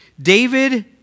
David